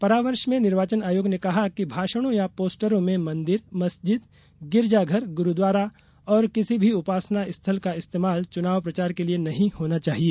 परामर्श में निर्वाचन आयोग ने कहा कि भाषणों या पोस्टरों में मंदिर मस्जिद गिरजाघर ग्रूद्वारा और किसी भी उपासना स्थल का इस्तेमाल चूनाव प्रचार के लिए नहीं होना चाहिए